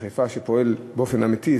שפועל באופן אמיתי,